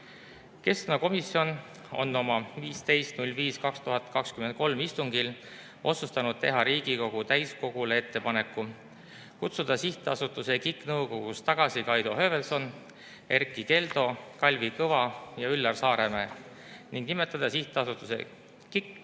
Keskkonnakomisjon otsustas oma 15.05.2023 istungil teha Riigikogu täiskogule ettepaneku kutsuda Sihtasutuse KIK nõukogust tagasi Kaido Höövelsoni, Erkki Keldo, Kalvi Kõva ja Üllar Saaremäe ning nimetada Sihtasutuse KIK nõukogu